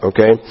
Okay